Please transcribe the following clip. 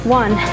one